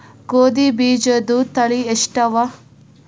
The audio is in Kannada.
ಗೋಧಿ ಬೀಜುದ ತಳಿ ಎಷ್ಟವ?